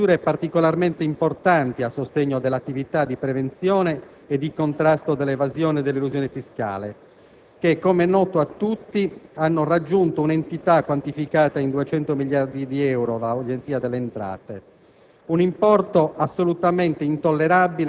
La proposta contiene un'articolazione di misure particolarmente importanti a sostegno dell'attività di prevenzione e di contrasto all'evasione e all'elusione fiscale, che, com'è noto a tutti, hanno raggiunto un'entità quantificata dall'Agenzia delle entrate